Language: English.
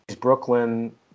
Brooklyn